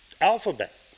alphabet